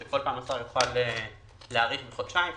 שכל פעם השר יוכל להאריך בחודשיים,